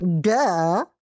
Duh